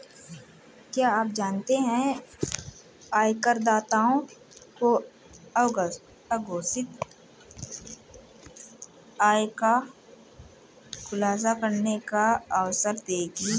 क्या आप जानते है आयकरदाताओं को अघोषित आय का खुलासा करने का अवसर देगी?